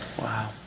Wow